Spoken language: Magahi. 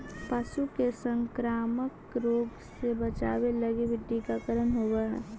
पशु के संक्रामक रोग से बचावे लगी भी टीकाकरण होवऽ हइ